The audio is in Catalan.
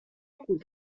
acull